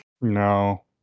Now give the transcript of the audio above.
No